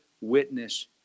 witness